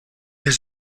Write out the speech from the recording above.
has